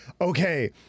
okay